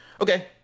okay